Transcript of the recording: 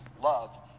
Love